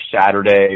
Saturday